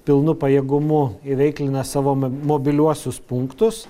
pilnu pajėgumu įveiklina savo mobiliuosius punktus